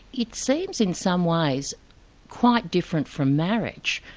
it seems in some ways quite different from marriage,